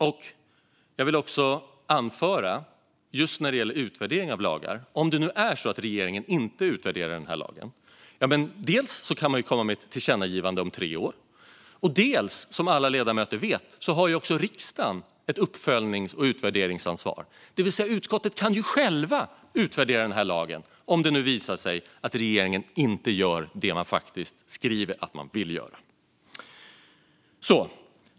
När det gäller utvärdering av lagar vill jag också anföra att om det nu är så att regeringen inte utvärderar denna lag kan man dels komma med ett tillkännagivande om tre år, dels - som alla ledamöter vet - har också riksdagen ett uppföljnings och utvärderingsansvar. Det vill säga, utskottet kan självt utvärdera den här lagen om det visar sig att regeringen inte gör det man faktiskt skriver att man vill göra.